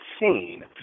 seen